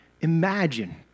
Imagine